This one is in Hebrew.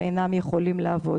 ואינם יכולים לעבוד.